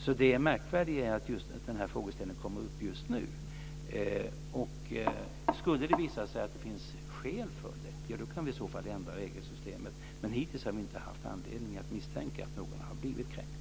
Så det märkvärdiga är att den här frågeställningen kommer upp just nu. Om det skulle visa sig att det finns skäl för det kan vi i så fall ändra regelsystemet, men hittills har vi inte haft anledning att misstänka att någon har blivit kränkt.